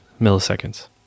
milliseconds